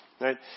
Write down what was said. Right